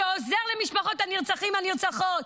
שעוזר למשפחות הנרצחים והנרצחות,